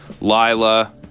Lila